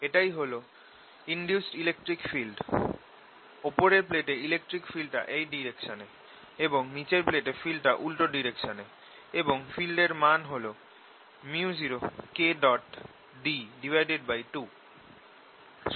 এটাই হল induced electric field ওপরের প্লেটে ইলেকট্রিক ফিল্ডটা এই ডাইরেকশনে এবং নিচের প্লেটে ফিল্ডটা উল্টো ডাইরেকশনে এবং ফিল্ড এর মান হল µ0Kd2